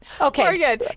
Okay